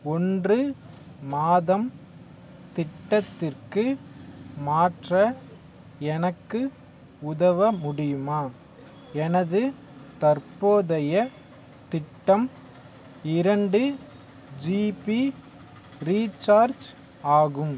ஒன்று மாதம் திட்டத்திற்கு மாற்ற எனக்கு உதவ முடியுமா எனது தற்போதைய திட்டம் இரண்டு ஜிபி ரீசார்ஜ் ஆகும்